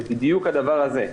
זה בדיוק הדבר הזה.